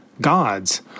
gods